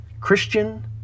Christian